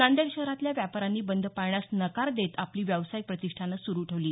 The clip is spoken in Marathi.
नांदेड शहरातल्या व्यापाऱ्यांनी बंद पाळण्यास नकार देत आपली व्यावसायिक प्रतिष्ठानं सुरू ठेवली